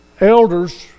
elders